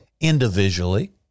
individually